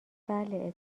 بله